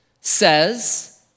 says